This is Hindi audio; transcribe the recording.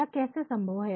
यह कैसे संभव है